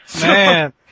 Man